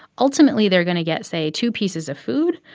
ultimately, they're going to get, say, two pieces of food,